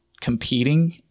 competing